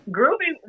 Groovy